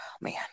Man